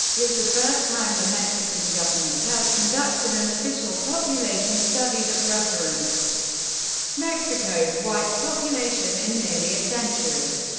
is the first time the mexican government has conducted an official population study that referenced mexico's white population in nearly a century.